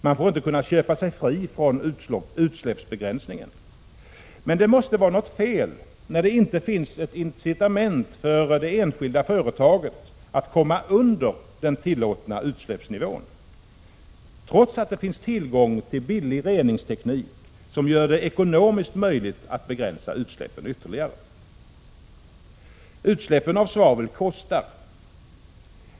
Man skall inte kunna köpa sig fri från utsläppsbegränsningar. Men det är något fel när det inte finns incitament för det enskilda företaget att komma under den tillåtna utsläppsnivån, trots att det finns tillgång till billig reningsteknik, som gör det ekonomiskt möjligt att begränsa utsläppen ytterligare. Utsläppen av svavel kostar.